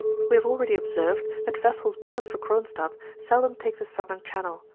we have already observed, that vessels bound for gronstadt seldom take the southern channel,